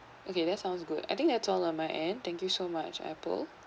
okay that sounds good I think that's all on my end thank you so much apple